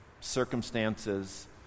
circumstances